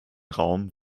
raum